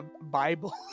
Bible